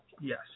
Yes